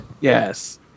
Yes